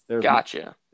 Gotcha